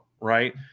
right